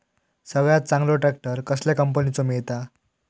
सगळ्यात चांगलो ट्रॅक्टर कसल्या कंपनीचो मिळता?